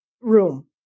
room